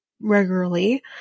regularly